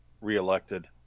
reelected